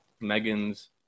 Megan's